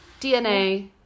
DNA